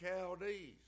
Chaldees